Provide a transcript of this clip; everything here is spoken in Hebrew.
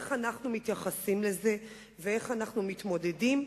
איך אנחנו מתייחסים לזה ואיך אנחנו מתמודדים?